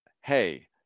hey